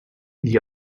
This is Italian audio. gli